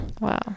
Wow